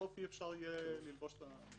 בסוף אי אפשר יהיה ללבוש את המכנסיים.